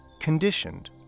conditioned